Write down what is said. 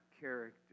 character